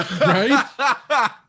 Right